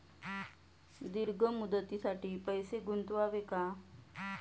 दीर्घ मुदतीसाठी पैसे गुंतवावे का?